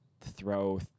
throw